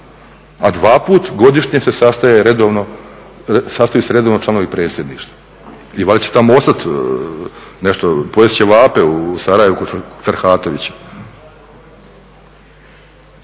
a dvaput godišnje se sastaje redovno članovi predsjedništva i valjda će tamo ostat, pojest ćevape u Sarajevu kod Ferhatovića.